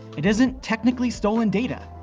it isn't technically stolen data.